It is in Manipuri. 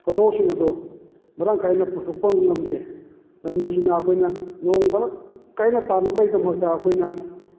ꯄꯣꯠꯊꯣꯛꯁꯤꯡ ꯑꯗꯣ ꯃꯔꯥꯡ ꯀꯥꯏꯅ ꯄꯨꯊꯣꯛꯄ ꯉꯝꯗꯦ ꯃꯔꯝ ꯑꯁꯤꯅ ꯑꯩꯈꯣꯏꯅ ꯅꯣꯡ ꯃꯔꯥꯡ ꯀꯥꯏꯅ ꯇꯥꯅꯕꯒꯤꯗꯃꯛꯇ ꯑꯩꯈꯣꯏꯅ